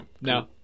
no